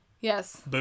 Yes